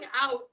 out